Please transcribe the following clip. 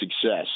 success